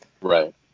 right